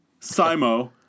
Simo